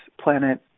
planet